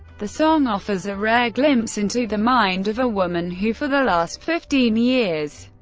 the song offers a rare glimpse into the mind of a woman who, for the last fifteen years,